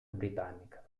britannica